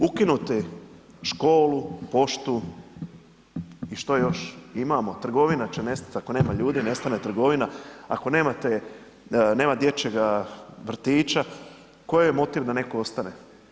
Ukinuti školu, poštu i što još imamo, trgovina će nestati, ako nema ljudi nestane trgovina, ako nema dječjega vrtića koji je motiv da netko ostane?